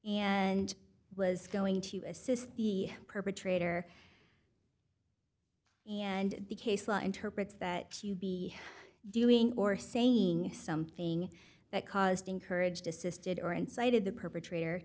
and was going to assist the perpetrator and the case law interprets that to be doing or saying something that caused encouraged assisted or incited the perpetrator